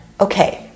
okay